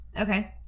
Okay